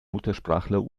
muttersprachler